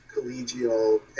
collegial